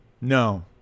No